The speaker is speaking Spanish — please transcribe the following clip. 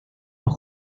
los